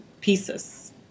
pieces